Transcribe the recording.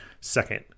second